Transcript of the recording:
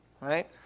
right